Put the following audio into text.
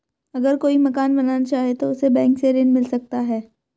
अगर कोई मकान बनाना चाहे तो उसे बैंक से ऋण मिल सकता है?